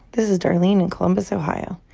this is darlene in columbus, ohio.